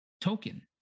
token